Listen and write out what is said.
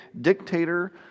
dictator